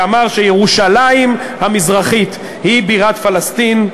שאמר שירושלים המזרחית היא בירת פלסטין.